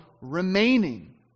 remaining